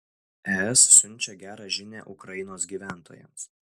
es siunčia gerą žinią ukrainos gyventojams